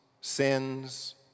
sins